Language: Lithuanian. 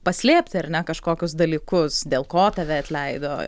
paslėpti ar ne kažkokius dalykus dėl ko tave atleido